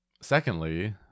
secondly